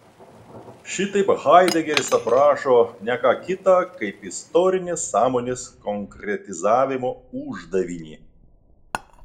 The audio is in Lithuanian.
šitaip haidegeris aprašo ne ką kita kaip istorinės sąmonės konkretizavimo uždavinį